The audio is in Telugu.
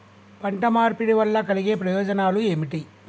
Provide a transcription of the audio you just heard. పంట మార్పిడి వల్ల కలిగే ప్రయోజనాలు ఏమిటి?